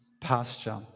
pasture